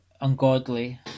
ungodly